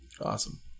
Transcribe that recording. awesome